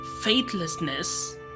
faithlessness